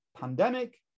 pandemic